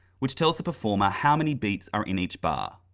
which tells a performer how many beats are in each bar.